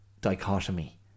dichotomy